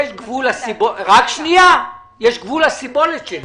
יש גבול לסיבולת שלי.